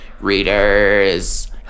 readers